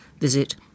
visit